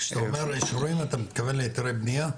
כשאתה אומר אישורים, אתה מתכוון להיתרי בנייה?